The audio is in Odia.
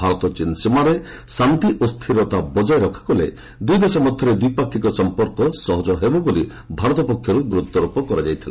ଭାରତ ଚୀନ୍ ସୀମାରେ ଶାନ୍ତି ଓ ସ୍ଥିରତା ବକାୟ ରଖାଗଲେ ଦୁଇ ଦେଶ ମଧ୍ୟରେ ଦ୍ୱିପାକ୍ଷିକ ସମ୍ପର୍କ ସହଜ ହେବ ବୋଲି ଭାରତ ପକ୍ଷରୁ ଗୁରୁତ୍ୱାରୋପ କରାଯାଇଥିଲା